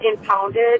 impounded